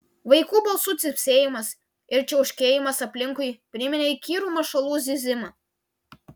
vaikų balsų cypsėjimas ir čiauškėjimas aplinkui priminė įkyrų mašalų zyzimą